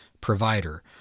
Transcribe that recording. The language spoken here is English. provider